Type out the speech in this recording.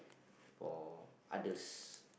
for others